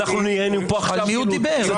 --- פתאום עכשיו --- יואב, תודה.